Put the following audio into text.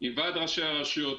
עם ועד ראשי הרשויות,